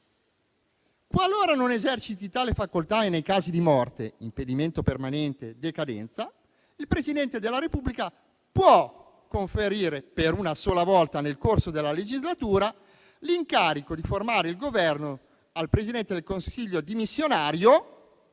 Qualora non eserciti tale facoltà e nei casi di morte, impedimento permanente, decadenza, il Presidente della Repubblica può conferire, per una sola volta nel corso della legislatura, l'incarico di formare il Governo al Presidente del Consiglio dimissionario